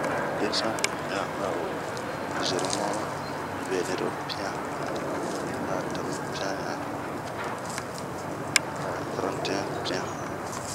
Desembere pian a ho zeremi veniro pian. A 'a tanupian ɲan ,a'a taranti'ɛn pian.